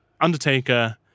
Undertaker